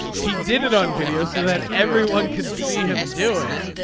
he did it on video so that everyone could see him do it.